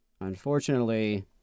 Unfortunately